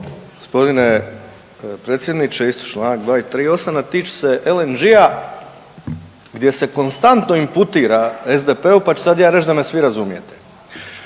G. predsjednik, isto čl. 238, a tiče se LNG-a gdje se konstantno imputira SDP, pa ću sad ja reć da me svi razumijete.